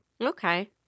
Okay